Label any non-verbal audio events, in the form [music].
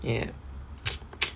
ya [noise] [noise]